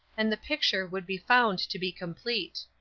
and the picture would be found to be complete!